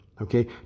okay